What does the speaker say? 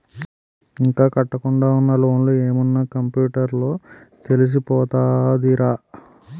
ఇంకా కట్టకుండా ఉన్న లోన్లు ఏమున్న కంప్యూటర్ లో తెలిసిపోతదిరా